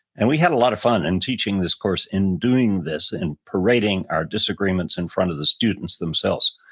and we had a lot of fun in teaching this course in doing this and parading our disagreements in front of the students themselves.